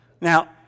Now